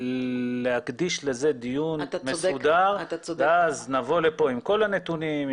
להקדיש לזה דיון מסודר ואז נבוא לפה עם כל הנתונים,